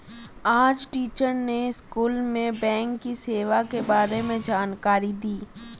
आज टीचर ने स्कूल में बैंक की सेवा के बारे में जानकारी दी